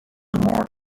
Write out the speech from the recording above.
more